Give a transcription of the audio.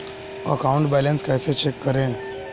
Account balance कैसे check करें?